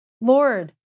Lord